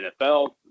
NFL